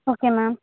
okay ma'am